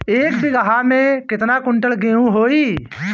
एक बीगहा में केतना कुंटल गेहूं होई?